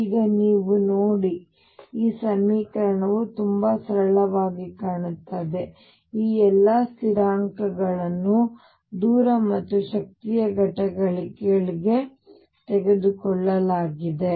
ಈಗ ನೀವು ನೋಡಿ ಈ ಸಮೀಕರಣವು ತುಂಬಾ ಸರಳವಾಗಿ ಕಾಣುತ್ತದೆ ಈ ಎಲ್ಲಾ ಸ್ಥಿರಾಂಕಗಳನ್ನು ದೂರ ಮತ್ತು ಶಕ್ತಿಯ ಘಟಕಗಳಿಗೆ ತೆಗೆದುಕೊಳ್ಳಲಾಗಿದೆ